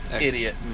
Idiot